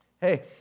hey